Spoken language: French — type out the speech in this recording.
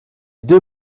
deux